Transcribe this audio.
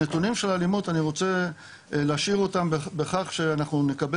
הנתונים של האלימות אני רוצה להשאיר אותם בכך שאנחנו נקבל